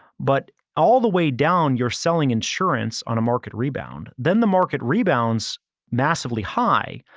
but all the way down, you're selling insurance on a market rebound, then the market rebounds massively high,